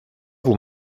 vous